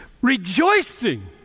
rejoicing